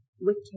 Wicked